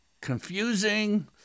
confusing